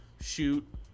shoot